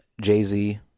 Jay-Z